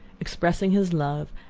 expressing his love,